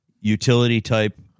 utility-type